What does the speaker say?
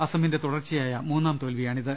അസമിന്റെ തുടർച്ചയായ മൂന്നാം തോൽവിയാണിത്